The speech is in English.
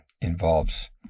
involves